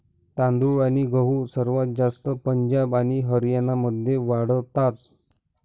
तांदूळ आणि गहू सर्वात जास्त पंजाब आणि हरियाणामध्ये वाढतात